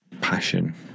Passion